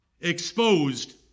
exposed